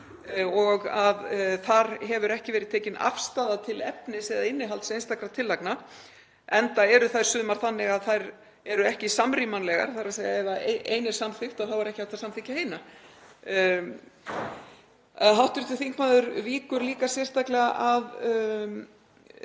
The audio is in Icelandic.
og að þar hefur ekki verið tekin afstaða til efnis eða innihalds einstakra tillagna, enda eru þær sumar þannig að þær eru ekki samrýmanlegar, þ.e. ef ein er samþykkt þá er ekki hægt að samþykkja hina. Hv. þingmaður víkur líka sérstaklega að